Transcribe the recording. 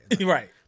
Right